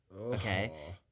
okay